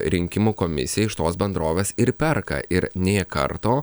rinkimų komisija iš tos bendrovės ir perka ir nė karto